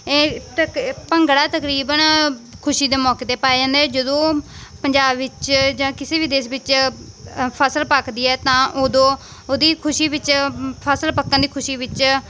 ਇਹ ਭੰਗੜਾ ਤਕਰੀਬਨ ਖੁਸ਼ੀ ਦੇ ਮੌਕੇ 'ਤੇ ਪਾਇਆ ਜਾਂਦਾ ਹੈ ਜਦੋਂ ਪੰਜਾਬ ਵਿੱਚ ਜਾਂ ਕਿਸੇ ਵੀ ਦੇਸ਼ ਵਿੱਚ ਅ ਫ਼ਸਲ ਪੱਕਦੀ ਹੈ ਤਾਂ ਉਦੋਂ ਉਸ ਦੀ ਖੁਸ਼ੀ ਵਿੱਚ ਫ਼ਸਲ ਪੱਕਣ ਦੀ ਖੁਸ਼ੀ ਵਿੱਚ